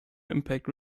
impact